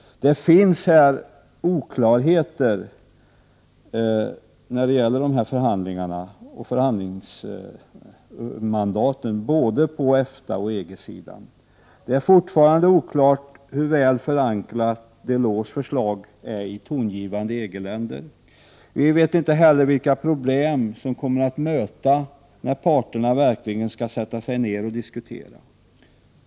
Det finns oklarheter när det gäller dessa förhandlingar och förhandlingsmandaten på både EFTA och EG-sidan. Det är fortfarande oklart hur väl förankrat Delors förslag är i tongivande EG-länder. Vi vet inte heller vilka problem som kommer att möta parterna när de verkligen skall sätta sig ner och diskutera.